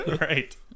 right